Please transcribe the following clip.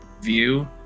view